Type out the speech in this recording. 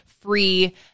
free